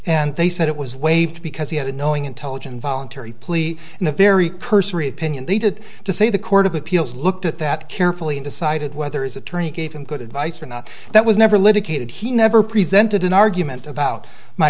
and they said it was waived because he had a knowing intelligent voluntary plea and a very cursory opinion they did to say the court of appeals looked at that carefully and decided whether his attorney gave him good advice or not that was never litigated he never presented an argument about my